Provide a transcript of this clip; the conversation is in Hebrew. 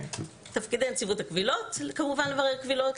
תפקיד נציבות הקבילות כמובן לברר קבילות,